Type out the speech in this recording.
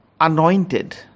anointed